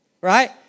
Right